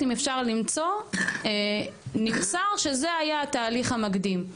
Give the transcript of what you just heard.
אם אפשר למצוא נמסר שזה היה התהליך המקדים,